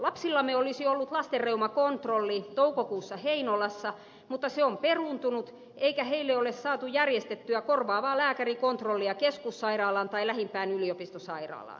lapsillamme olisi ollut lastenreumakontrolli toukokuussa heinolassa mutta se on peruuntunut eikä heille ole saatu järjestettyä korvaavaa lääkärikontrollia keskussairaalaan tai lähimpään yliopistosairaalaan